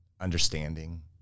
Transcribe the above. understanding